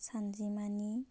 सानजिमानि